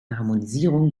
harmonisierung